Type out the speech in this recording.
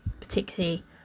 particularly